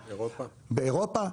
באירופה.